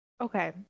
Okay